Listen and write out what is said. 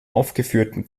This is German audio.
aufgeführten